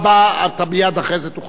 מייד אחרי כן אתה תוכל, כמובן,